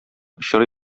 очрый